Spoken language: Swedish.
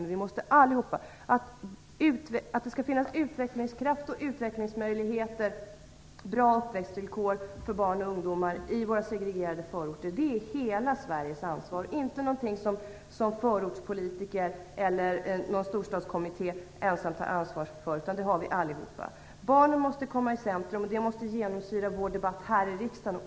Det måste finnas utvecklingskraft, utvecklingsmöjligheter och bra uppväxtvillkor för barn och ungdomar i våra segregerade förorter. Det är hela Sveriges och allas vårt ansvar, inte någonting som endast förortspolitiker eller någon storstadskommitté skall ha ansvar för. Barnen måste komma i centrum, och det måste genomsyra vår debatt här i riksdagen.